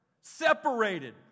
separated